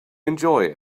enjoy